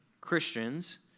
Christians